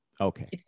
okay